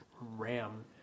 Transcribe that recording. ram